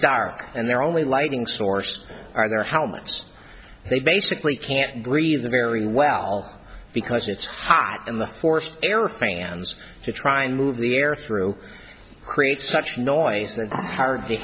dark and they're only lighting source are there how much they basically can't breathe very well because it's hot in the forced air fans to try and move the air through create such noise that hard to